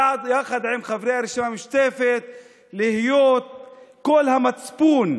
יחד עם חברי הרשימה המשותפת, להיות קול המצפון,